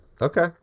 Okay